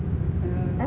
yeah